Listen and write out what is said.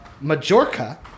Majorca